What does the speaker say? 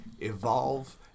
evolve